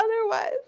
otherwise